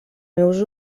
meus